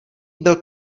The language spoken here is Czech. byl